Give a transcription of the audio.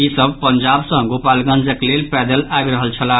ई सभ पंजाब सँ गोपालगंजक लेल पैदल आबि रहल छलाह